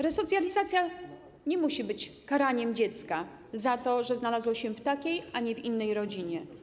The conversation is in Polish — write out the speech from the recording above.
Resocjalizacja nie musi być karaniem dziecka za to, że znalazło się w takiej, a nie innej rodzinie.